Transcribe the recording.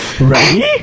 Ready